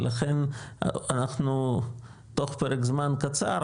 ולכן, אנחנו תוך פרק זמן קצר